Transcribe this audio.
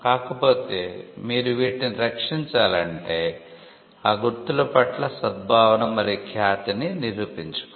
కాకపోతే మీరు వీటిని రక్షించాలంటే ఆ గుర్తుల పట్ల సద్భావన మరియు ఖ్యాతిని నిరూపించాలి